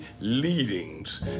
leadings